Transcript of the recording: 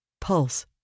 pulse